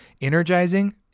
Energizing